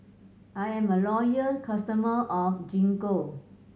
I am a loyal customer of Gingko